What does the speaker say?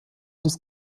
des